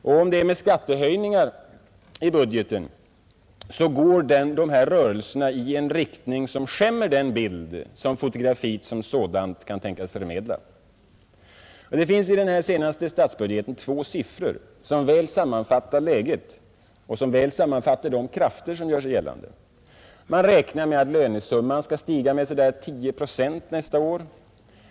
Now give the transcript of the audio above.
Om det skett med skattehöjningar går rörelserna i en riktning som skämmer den bild som fotografiet som sådant kan tänkas förmedla. Det finns i den senaste statsbudgeten två siffror, som väl sammanfattar läget och de krafter som gör sig gällande. Man räknar med att lönesumman skall stiga med så där 10 procent nästa år.